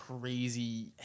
crazy